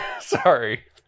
sorry